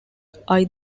either